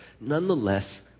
nonetheless